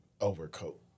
overcoat